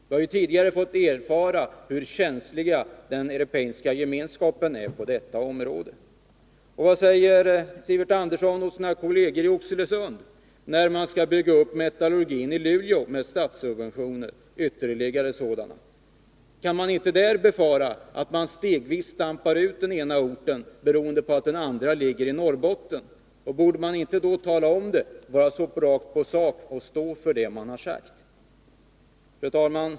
Vi har ju tidigare fått erfara hur känslig den Europeiska gemenskapen är på detta område. Och vad säger Sivert Andersson till sina kolleger i Oxelösund, om man skall bygga upp metallurgin i Luleå med ytterligare statssubventioner? Kan man inte befara att man stegvis stampar ut den ena orten, eftersom den andra ligger i Norrbotten, och borde man inte då tala om det och sedan stå för vad man har sagt? Fru talman!